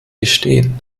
gestehen